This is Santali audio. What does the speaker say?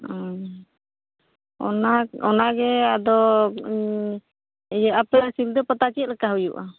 ᱚᱻ ᱚᱱᱟ ᱚᱱᱟᱜᱮ ᱟᱫᱚ ᱤᱭᱟᱹ ᱟᱯᱮ ᱥᱤᱞᱫᱟᱹ ᱯᱟᱛᱟ ᱪᱮᱫ ᱞᱮᱠᱟ ᱦᱩᱭᱩᱜᱼᱟ ᱚᱻ